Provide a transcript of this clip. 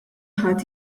ħadd